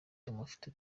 tumufite